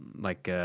like.